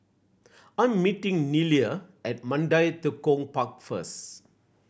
I'm meeting Nelia at Mandai Tekong Park first